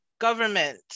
government